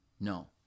no